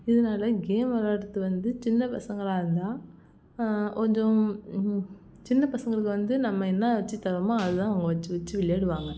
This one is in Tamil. இதனால கேம் வெளாடறது வந்து சின்ன பசங்களாக இருந்தால் கொஞ்சம் சின்ன பசங்களுக்கு வந்து நம்ம என்ன வச்சு தரமோ அதுதான் அவங்க வச்சு வச்சு விளையாடுவாங்க